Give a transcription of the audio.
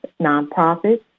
nonprofits